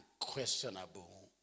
unquestionable